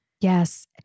Yes